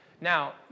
Now